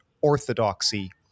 orthodoxy